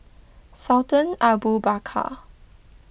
Sultan Abu Bakar